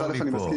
אתה חסר לי פה.